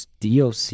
DOC